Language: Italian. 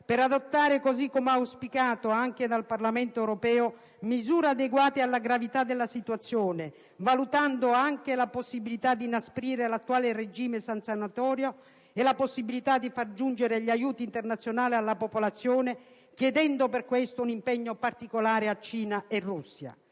per adottare, così come auspicato anche dal Parlamento europeo, misure adeguate alla gravità della situazione, valutando anche la possibilità di inasprire l'attuale regime sanzionatorio e la possibilità di far giungere gli aiuti internazionali alla popolazione, chiedendo per questo un impegno particolare a Cina e Russia.